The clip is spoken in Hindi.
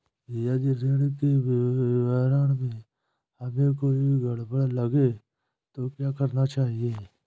यदि ऋण के विवरण में हमें कोई गड़बड़ लगे तो क्या करना चाहिए?